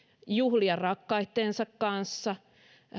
juhlia rakkaittensa kanssa